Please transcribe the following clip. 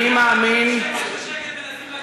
בשקט בשקט מנסים לקחת,